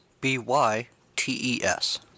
B-Y-T-E-S